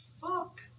fuck